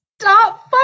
stop